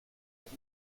with